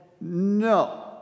no